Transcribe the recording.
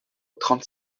trente